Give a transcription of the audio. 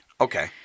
Okay